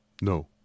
No